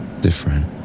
different